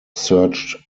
searched